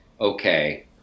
okay